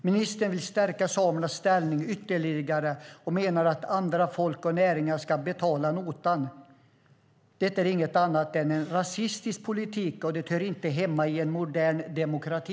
Ministern vill stärka samernas ställning ytterligare och menar att andra folk och näringar ska betala notan. Det är inget annat än en rasistisk politik, och det hör inte hemma i en modern demokrati.